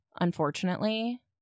unfortunately